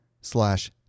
slash